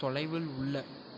தொலைவில் உள்ள